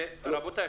רבותיי,